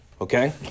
Okay